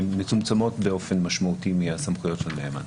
הן מצומצמות באופן משמעותי מהסמכויות של נאמן.